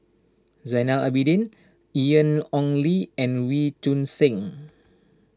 Zainal Abidin Ian Ong Li and Wee Choon Seng